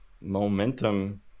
momentum